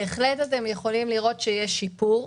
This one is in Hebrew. אתם יכולים לראות שיש שיפור.